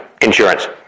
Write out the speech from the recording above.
insurance